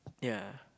ya